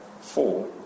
four